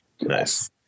Nice